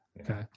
Okay